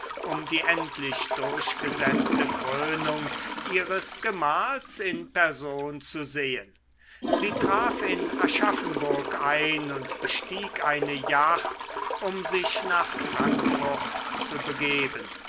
um die endlich durchgesetzte krönung ihres gemahls in person zu sehen sie traf in aschaffenburg ein und bestieg eine jacht um sich nach frankfurt zu begeben